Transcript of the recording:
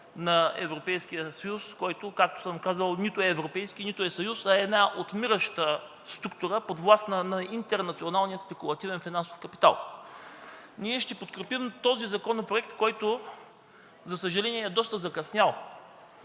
на Европейския съюз, който, както съм казвал, нито е европейски, нито е съюз, а е една отмираща структура, подвластна на интернационалния спекулативен финансов капитал. Ние ще подкрепим този законопроект, който, за съжаление, е доста закъснял.